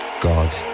God